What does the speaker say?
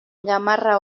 gamarra